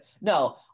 No